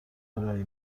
ارائه